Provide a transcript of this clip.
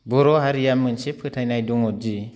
बर' हारिया मोनसे फोथायनाय दङदि